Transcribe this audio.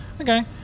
Okay